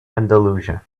andalusia